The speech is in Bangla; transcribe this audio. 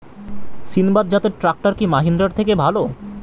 সিণবাদ জাতের ট্রাকটার কি মহিন্দ্রার থেকে ভালো?